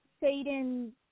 Satan